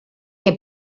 que